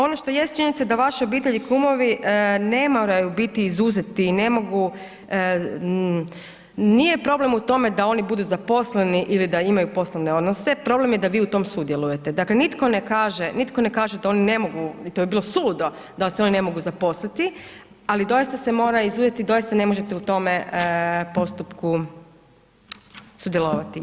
Ono što jest činjenica da vaše obitelji i kumovi ne moraju biti izuzeti, ne mogu, nije problem u tome da oni budu zaposleni ili da imaju poslovne odnose, problem je da vi u tome sudjelujete, dakle, nitko ne kaže, nitko ne kaže da oni ne mogu i to bi bilo suludo da se oni ne mogu zaposliti, ali doista se mora izuzeti, doista ne možete u tome postupku sudjelovati.